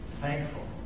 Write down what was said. thankful